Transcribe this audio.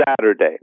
Saturday